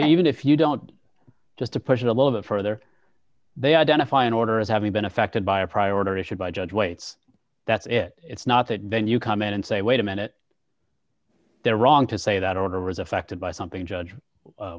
even if you don't just to push it a little bit further they identify an order as having been affected by a priority or issue by judge waits that's it it's not that then you come in and say wait a minute they're wrong to say that order was affected by something